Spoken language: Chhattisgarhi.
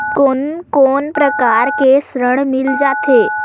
कोन कोन प्रकार के ऋण मिल जाथे?